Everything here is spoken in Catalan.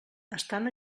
estan